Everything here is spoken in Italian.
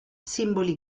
simboli